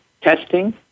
testing